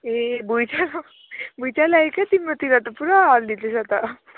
ए भुइँचालो भुइँचालो आयो क्या तिम्रोतिर त पुरा हल्लिँदैछ त